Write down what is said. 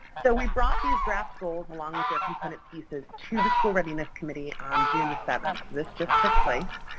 so, we brought these draft goals, along with their component pieces, to the school readiness committee on june seven. this just took place.